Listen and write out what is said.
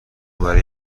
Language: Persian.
وری